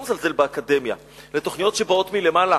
אני לא מזלזל באקדמיה, אלה תוכניות שבאות מלמעלה.